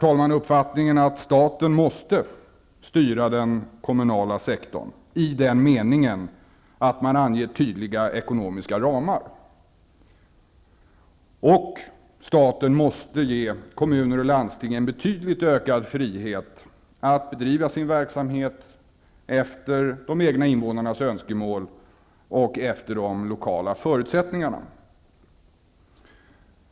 Jag har uppfattningen att staten måste styra den kommunala sektorn -- i den meningen att man anger tydliga ekonomiska ramar. Staten måste också ge kommuner och landsting en betydligt ökad frihet att bedriva sin verksamhet efter de egna invånarnas önskemål och efter de lokala förutsättningarna.